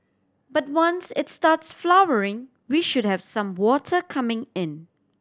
but once it starts flowering we should have some water coming in